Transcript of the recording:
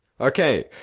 Okay